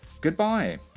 goodbye